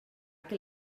que